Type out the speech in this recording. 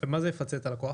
מה זה יפצה את הלקוח?